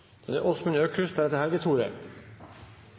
Da er det